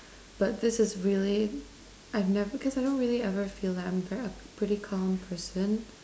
but this is really I've never because I don't really ever feel like I'm a pretty calm person